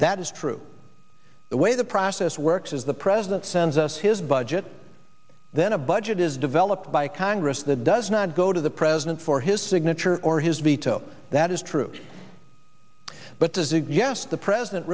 that is true the way the process works is the president sends us his budget then a budget is developed by congress that does not go to the president for his signature or his veto that is true but does it yes the president